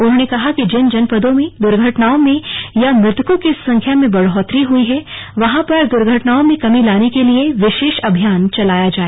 उन्होंने कहा कि जिन जनपदों में दुर्घटनाओं में या मृतकों की संख्या में बढ़ोत्तरी हुई है वहां पर दुर्घटनाओं में कमी लाने के लिए विशेष अभियान चलाया जाए